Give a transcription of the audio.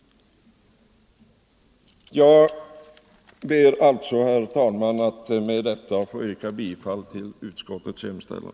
Jag ber med detta, herr talman, att få yrka bifall till utskottets hemställan.